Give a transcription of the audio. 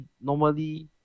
normally